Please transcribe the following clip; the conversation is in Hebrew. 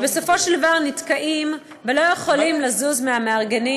ובסופו של דבר נתקעים ולא יכולים לזוז מהמארגנים.